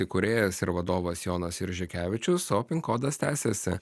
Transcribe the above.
įkūrėjas ir vadovas jonas iržikevičius o pin kodas tęsiasi